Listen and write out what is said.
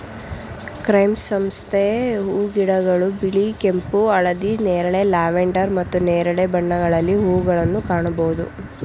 chrysanthemum ಹೂಗಿಡಗಳು ಬಿಳಿ, ಕೆಂಪು, ಹಳದಿ, ನೇರಳೆ, ಲ್ಯಾವೆಂಡರ್ ಮತ್ತು ನೇರಳೆ ಬಣ್ಣಗಳಲ್ಲಿ ಹೂಗಳನ್ನು ಕಾಣಬೋದು